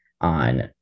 on